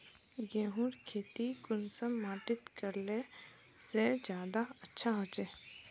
गेहूँर खेती कुंसम माटित करले से ज्यादा अच्छा हाचे?